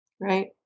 Right